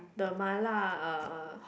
the Mala uh hot